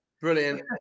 Brilliant